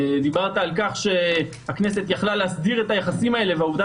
דיברת על כך שהכנסת יכלה להסדיר את היחסים האלו והעובדה